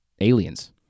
Aliens